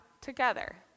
together